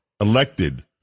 elected